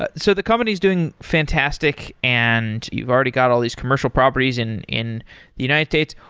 but so the company is doing fantastic, and you've already got all these commercial properties in in the united states.